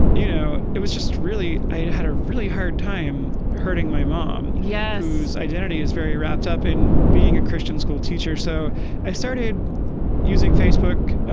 you know, it was just really i had a really hard time hurting my mom. yes. identity is very wrapped up in being a christian school teacher. so i started using facebook.